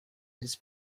his